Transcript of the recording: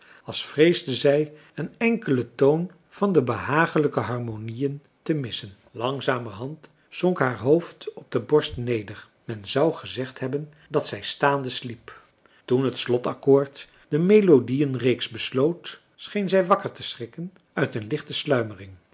als vreesde zij een enkelen toon van de behagelijke harmonieën te missen langzamerhand zonk haar hoofd op de borst neder men zou gezegd hebben dat zij staande sliep toen het slotaccoord de melodieënreeks besloot scheen zij wakker te schrikken uit een lichte sluimering